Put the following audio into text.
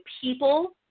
people